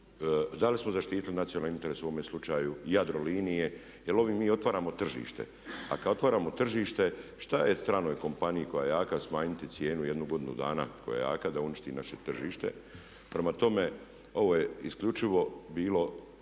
da li smo zaštitili nacionalne interese u ovome slučaju Jadrolinije. Jer ovim mi otvaramo tržište. A kad otvaramo tržište što je stranoj kompaniji koja je jaka smanjiti cijenu jedno godinu dana da uništi naše tržište. Prema tome, ovo je isključivo bilo